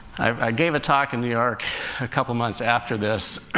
i gave a talk in new york a couple months after this,